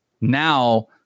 Now